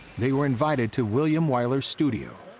they were invited to william wyler's studio.